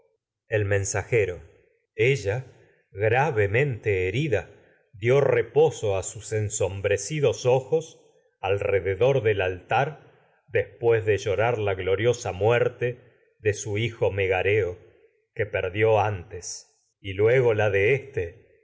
el mensajero so ella gravemente herida dió a sus ensombrecidos la ojos alrededor del altar después de su de llorar gloriosa y muerte hijo megareo que perdió mente antes luego la de ti éste